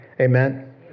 Amen